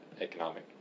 economic